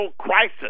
crisis